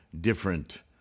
different